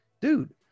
dude